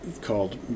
called